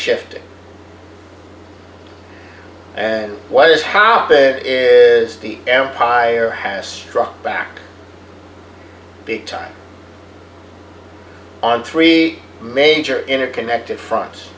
shifting and what is how big is the empire has struck back big time on three major interconnected fronts